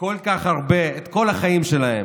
כל כך הרבה, את כל החיים שלהם,